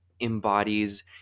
embodies